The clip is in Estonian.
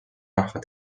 rahva